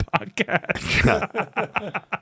podcast